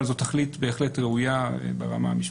אבל זו תכלית בהחלט ראויה ברמה המשפטית.